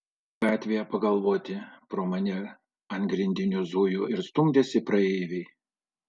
stabtelėjau gatvėje pagalvoti pro mane ant grindinio zujo ir stumdėsi praeiviai